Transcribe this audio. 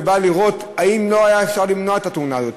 באה החובה לראות אם לא היה אפשר למנוע את התאונה הזאת.